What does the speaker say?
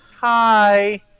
hi